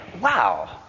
Wow